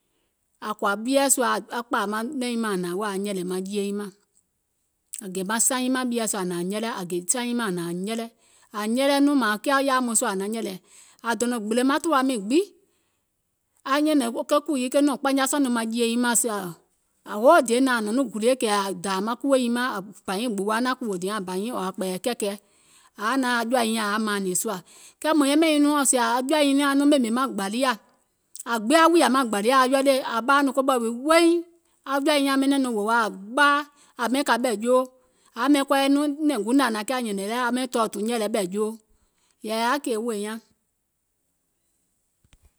ȧ kɔ̀ȧ bieɛ̀ sùȧ aŋ kpȧȧ manɛ̀ŋ nyiŋ mȧŋ wèè aŋ hnȧŋ aŋ nyɛ̀lɛ̀ maŋ jie nyiŋ mȧŋ, ȧŋ gè maŋ saŋ nyiŋ mȧŋ bieɛ̀ sùȧ ȧŋ hnȧŋ ȧŋ nyɛlɛ, ȧŋ gè maŋ saŋ nyiŋ mȧŋ bieɛ̀ sùȧ ȧŋ hnȧŋ ȧŋ nyɛlɛ maŋ jie nyiŋ mȧŋ, ȧŋ nyɛlɛ nɔŋ mȧȧŋ kiȧ yaȧa wɛɛ̀ŋ sùȧ ȧŋ naŋ nyɛlɛ̀, ȧŋ donȧŋ gbìlè maŋ tùwa miiŋ gbiŋ, aŋ nyɛ̀nɛ̀ŋ ke kùù yii nɔ̀ŋ kpanya sɔɔ̀ nɔŋ maŋ jie nyiŋ mȧŋ sɛɛ̀ɔ, hoo day naȧŋ ȧŋ nɔ̀ŋ nɔŋ gulie kɛ̀ ȧŋ dȧȧ maŋ kuò nyiŋ mȧŋ bȧ nyiŋ gbuwa naȧŋ kùò diɛŋ ɔ̀ɔ̀ ȧŋ kpɛ̀ɛ̀yɛ̀ kɛ̀kɛ, ȧŋ yaȧ naȧŋ aŋ jɔ̀ȧ nyiŋ nyȧŋ ȧŋ yaȧ mȧȧnìŋ sùȧ kɛɛ mùŋ yɛmɛ̀ nyiŋ nɔŋ sèè aŋ jɔ̀ȧ nyiŋ nyȧŋ aŋ nɔŋ ɓèmè maŋ gbȧliȧ, ȧ gbiŋ aŋ wùyȧ maŋ gbȧliȧ ȧ ready ȧ gbiŋ ȧ ɓaȧ nɔŋ koɓɛ̀ wii woiŋ, aŋ jɔ̀ȧ nyiŋ nyȧŋ ɓɛnɛ̀ŋ nɔŋ wòwa ȧŋ ɓaa ȧ ɓɛìŋ kȧ ɓɛ̀ joo, ȧŋ yaȧ kɔɔyɛ nɔŋ nɛ̀ŋ guùŋ nɛ ȧŋ naŋ kiȧ nyɛ̀nɛ̀ŋ lɛ aŋ ɓɛìŋ tɔ̀ɔ̀tù nyɛlɛ ɓɛ̀ joo, yɛ̀ì yaȧ kèè wòì nyaŋ.